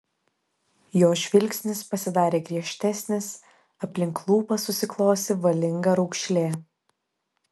jo žvilgsnis pasidarė griežtesnis aplink lūpas susiklosi valinga raukšlė